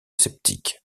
sceptique